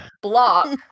Block